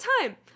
time